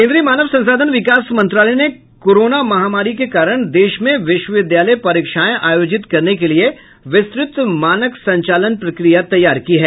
केंद्रीय मानव संसाधन विकास मंत्रालय ने कोरोना महामारी के कारण देश में विश्वविद्यालय परीक्षाएं आयोजित करने के लिए विस्तृत मानक संचालन प्रक्रिया तैयार की है